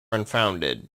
unfounded